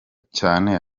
cyane